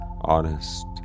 honest